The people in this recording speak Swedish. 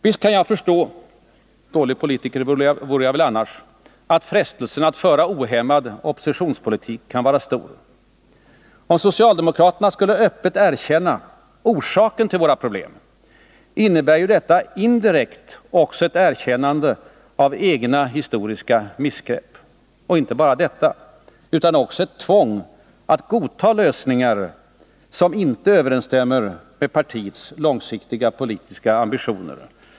Visst kan jag förstå — dålig politiker vore jag väl annars — att frestelsen att föra en ohämmad oppositionspolitik kan vara stor. Om socialdemokraterna öppet erkänner orsaken till våra problem, innebär ju detta indirekt ett erkännande även av de egna historiska missgreppen, och inte bara detta utan också tvång att godta lösningar som inte överensstämmer med partiets långsiktiga politiska ambitioner.